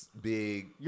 big